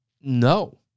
No